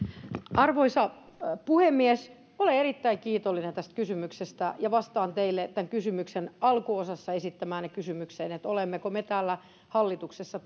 arvoisa puhemies minä olen erittäin kiitollinen tästä kysymyksestä ja vastaan teille sen alkuosassa esittämäänne kysymykseen olemmeko me hallituksessa